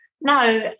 no